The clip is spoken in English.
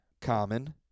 Common